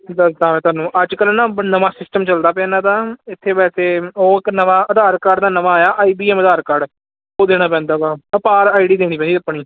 ਦਸਦਾਂ ਮੈਂ ਤੁਹਾਨੂੰ ਅੱਜ ਕੱਲ੍ਹ ਨਾ ਨਵਾਂ ਸਿਸਟਮ ਚਲਦਾ ਪਿਆ ਇਹਨਾਂ ਦਾ ਇੱਥੇ ਵੈਸੇ ਉਹ ਇੱਕ ਨਵਾਂ ਆਧਾਰ ਕਾਰਡ ਦਾ ਨਵਾਂ ਆਇਆ I B M Aadhaar card ਉਹ ਦੇਣਾ ਪੈਂਦਾ ਵਾ ਅਪਾਰ ਆਈ ਡੀ ਦੇਣੀ ਪੈਂਦੀ ਆਪਣੀ